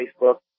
Facebook